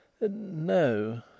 No